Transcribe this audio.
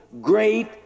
great